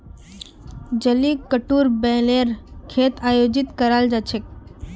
जलीकट्टूत बैलेर खेल आयोजित कराल जा छेक